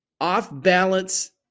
off-balance